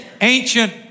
ancient